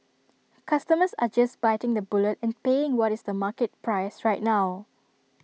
customers are just biting the bullet and paying what is the market price right now